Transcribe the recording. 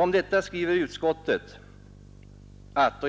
Om detta skriver utskottet att